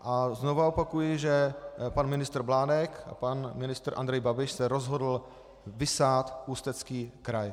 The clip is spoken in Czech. A znovu opakuji, že pan ministr Mládek a pan ministr Andrej Babiš se rozhodl vysát Ústecký kraj.